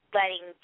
letting